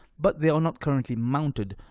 but they are not currently mounted.